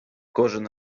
кожен